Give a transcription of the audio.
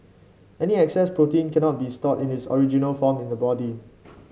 any excess protein cannot be stored in its original form in the body